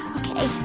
ok.